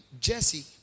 Jesse